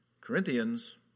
Corinthians